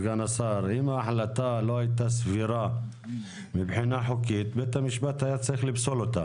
לא הייתה סבירה מבחינה חוקית בית המשפט היה צריך לפסול אותה.